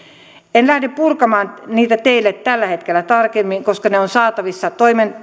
en lähde purkamaan niitä teille tällä hetkellä tarkemmin koska ne ovat saatavissa